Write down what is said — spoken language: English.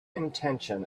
intention